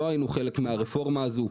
לא היינו חלק מהרפורמה הזאת.